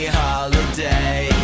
holiday